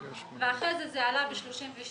אחרי כן זה עלה ב-32%.